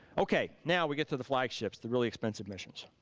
okay, now we get to the flagships, the really expensive missions.